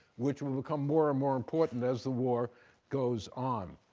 which will become more and more important as the war goes on.